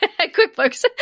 QuickBooks